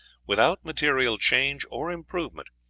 without material change or improvement,